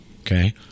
Okay